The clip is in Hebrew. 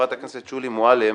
חברת הכנסת שולי מועלם,